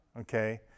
okay